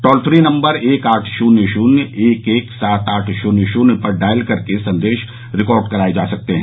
toll free number एक आठ शून्य शून्य एक एक सात आठ शून्य शून्य पर डायल कर संदेश रिकॉर्ड कराये जा सकते है